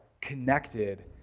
connected